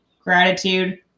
gratitude